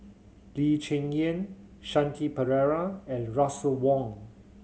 Lee Cheng Yan Shanti Pereira and Russel Wong